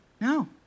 No